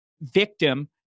victim